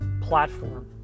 platform